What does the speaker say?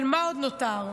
אבל מה עוד נותר.